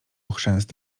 chrzęst